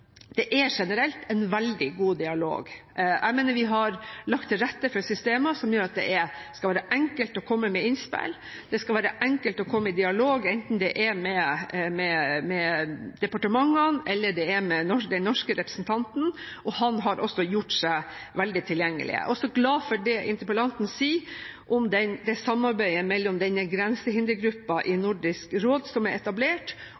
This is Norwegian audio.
det er generelt en veldig god dialog. Jeg mener vi har lagt til rette for systemer som gjør at det skal være enkelt å komme med innspill. Det skal være enkelt å komme i dialog enten det er med departementene eller det er med den norske representanten – og han har gjort seg veldig tilgjengelig. Jeg er også glad for det interpellanten sier om samarbeidet mellom den grensehindergruppen i Nordisk råd som er etablert,